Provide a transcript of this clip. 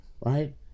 right